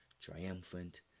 triumphant